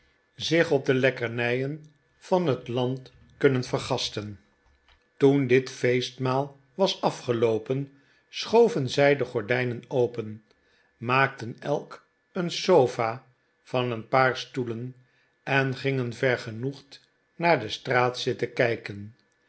zich op de lekkernijen van het land kunnen vergasten toen dit feestmaal was afgeloopen schoven zij de gordijnen open maakten elk een sofa van een paar stoelen en gingen vergenoegd naar de straat zitten kijken